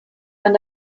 man